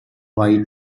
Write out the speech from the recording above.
white